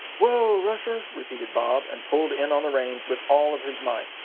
whoa, rusher! repeated bob, and pulled in on the reins with all of his might.